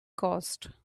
cost